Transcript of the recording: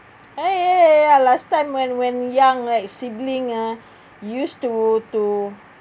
!yay! ya last time when when young right sibling ah used to to